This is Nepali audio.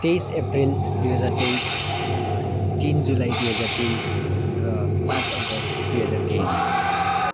तेइस अप्रेल दुई हजार तेइस तिन जुलाई दुई हजार तेइस र पाँच अगस्ट दुई हजार तेइस